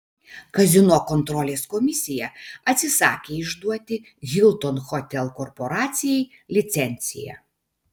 kazino kontrolės komisija atsisakė išduoti hilton hotel korporacijai licenciją